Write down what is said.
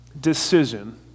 decision